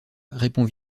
répond